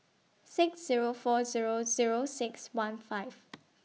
six Zero four Zero Zero six one five